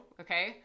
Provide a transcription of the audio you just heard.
okay